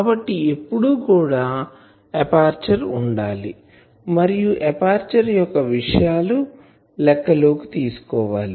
కాబట్టి ఎప్పుడు కూడా ఎపర్చరు ఉండాలి మరియు ఎపర్చరు యొక్క విషయాలు లెక్కలోకి తీసుకోవాలి